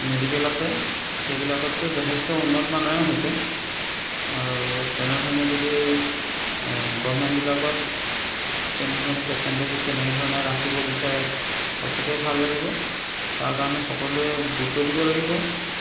medical আছে সেইবিলাকতো যথেষ্ট উন্নতমানৰে হৈছে আৰু তেনেধৰণে যদি গভৰ্মেণ্টবিলাকত তেনেধৰণে পেচেণ্টে যদি তেনেধৰণে ৰাখিব বিচাৰে সঁচাকেই ভাল লাগিব তাৰ কাৰণে সকলোৱে গুৰুত্ব দিব লাগিব